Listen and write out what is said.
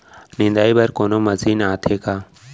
निंदाई बर कोनो मशीन आथे का?